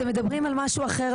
אתם מדברים על משהו אחר,